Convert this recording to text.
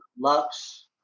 Lux